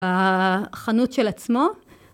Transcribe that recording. החנות של עצמו